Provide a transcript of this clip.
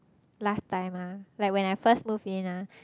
last time ah like when I first move in ah